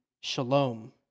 shalom